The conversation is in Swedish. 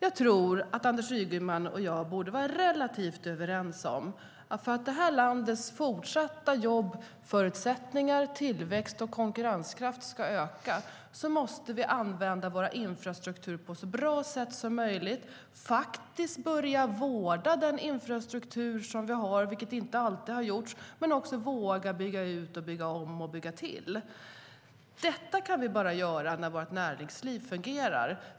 Anders Ygeman och jag borde vara relativt överens om att för att Sveriges jobbförutsättningar, tillväxt och konkurrenskraft ska öka även i fortsättningen måste vi använda vår infrastruktur på ett så bra sätt som möjligt. Vi måste börja vårda vår infrastruktur, vilket inte alltid har gjorts, och våga bygga ut, bygga om och bygga till. Detta kan vi bara göra när vårt näringsliv fungerar.